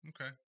okay